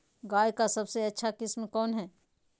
गाय का सबसे अच्छा किस्म कौन हैं?